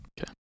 Okay